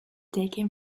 taken